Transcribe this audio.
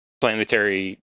planetary